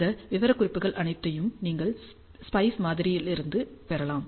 இந்த விவரக்குறிப்புகள் அனைத்தையும் நீங்கள் ஸ்பைஸ் மாதிரியிலிருந்து பெறலாம்